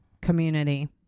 community